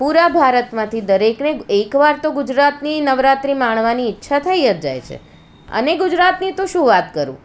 પૂરા ભારતમાંથી દરેકને એકવાર તો ગુજરાતની નવરાત્રિ માણવાની ઈચ્છા થઈ જ જાય છે અને ગુજરાતની તો શું વાત કરું